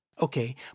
Okay